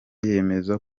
yemeza